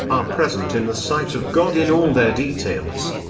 are present in the sight of god in all their details.